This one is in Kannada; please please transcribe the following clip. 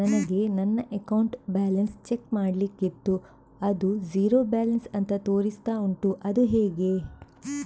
ನನಗೆ ನನ್ನ ಅಕೌಂಟ್ ಬ್ಯಾಲೆನ್ಸ್ ಚೆಕ್ ಮಾಡ್ಲಿಕ್ಕಿತ್ತು ಅದು ಝೀರೋ ಬ್ಯಾಲೆನ್ಸ್ ಅಂತ ತೋರಿಸ್ತಾ ಉಂಟು ಅದು ಹೇಗೆ?